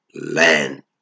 land